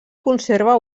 conserva